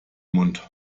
mund